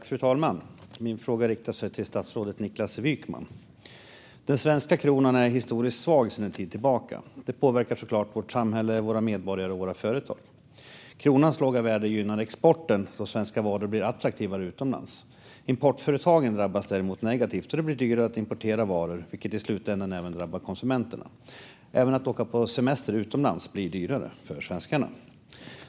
Fru talman! Min fråga riktar sig till statsrådet Niklas Wykman. Den svenska kronan är historiskt svag sedan en tid tillbaka. Detta påverkar såklart vårt samhälle, våra medborgare och våra företag. Kronans låga värde gynnar exporten så att svenska varor blir attraktivare utomlands, men importföretagen drabbas däremot negativt. Det blir dyrare att importera varor, vilket i slutändan även drabbar konsumenterna. Även att åka på semester utomlands blir dyrare för svenskarna.